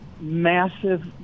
massive